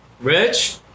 Rich